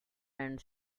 and